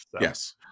yes